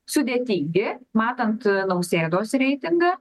sudėtingi matant nausėdos reitingą